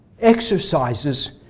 exercises